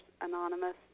Anonymous